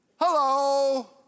Hello